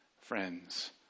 friends